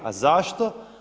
A zašto?